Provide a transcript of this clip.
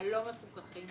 הלא מפוקחים